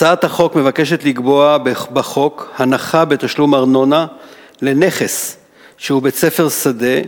הצעת החוק מבקשת לקבוע בחוק הנחה בתשלום ארנונה לנכס שהוא בית-ספר שדה,